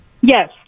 Yes